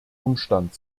umstand